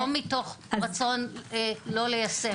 לא מתוך רצון לא ליישם.